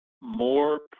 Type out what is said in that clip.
more